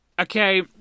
Okay